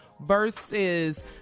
versus